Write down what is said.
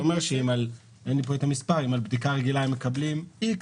זה אומר שאם על בדיקה רגילה הם מקבלים x,